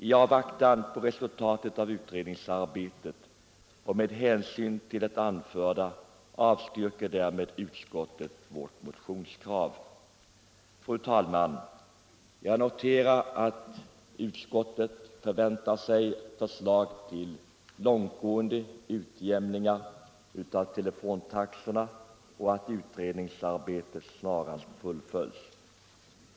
I avvaktan på resultat av utredningsarbetet och med hänsyn till det anförda avstyrker därmed utskottet vårt motionskrav. Fru talman! Jag noterar att utskottet förväntar sig förslag till långtgående utjämningar av telefontaxorna och att utredningsarbetet snarast fullföljs.